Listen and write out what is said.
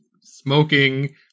smoking